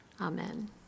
Amen